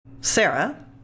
Sarah